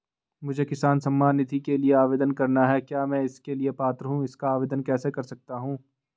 मुझे किसान सम्मान निधि के लिए आवेदन करना है क्या मैं इसके लिए पात्र हूँ इसका आवेदन कैसे कर सकता हूँ?